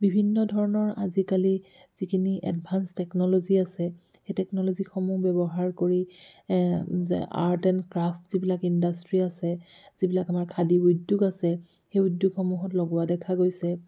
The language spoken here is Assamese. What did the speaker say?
বিভিন্ন ধৰণৰ আজিকালি যিখিনি এডভান্স টেকনলজি আছে সেই টেকনলজিসমূহ ব্যৱহাৰ কৰি আৰ্ট এণ্ড ক্ৰাফ্ট যিবিলাক ইণ্ডাষ্ট্ৰি আছে যিবিলাক আমাৰ খাদী উদ্যোগ আছে সেই উদ্যোগসমূহত লগোৱা দেখা গৈছে